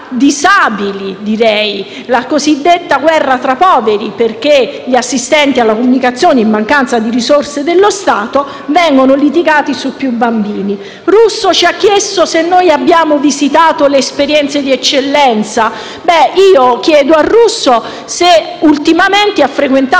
disabili, la cosiddetta guerra tra poveri, perché gli assistenti alla comunicazione, in mancanza di risorse dello Stato, vengono contesi tra più bambini. Il senatore Russo ci ha chiesto se noi abbiamo visitato le esperienze di eccellenza. Beh, io chiedo al senatore Russo se ultimamente ha